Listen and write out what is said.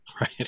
Right